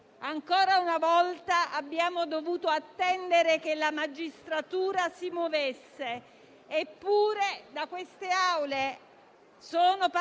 Ancora una volta abbiamo dovuto attendere che la magistratura si muovesse; eppure, da queste Aule sono partiti atti